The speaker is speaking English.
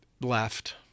left